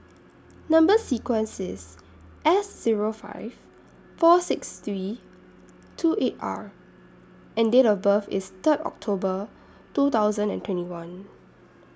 Number sequence IS S Zero five four six three two eight R and Date of birth IS Third October two thousand and twenty one